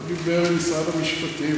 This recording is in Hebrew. לא דיבר עם שרת המשפטים,